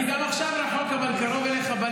גם אני מכבד אותך.